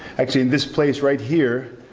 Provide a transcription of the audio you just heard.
actually, in this place right here,